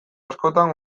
askotan